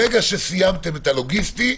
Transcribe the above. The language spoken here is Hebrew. ברגע שסיימתם את הלוגיסטי,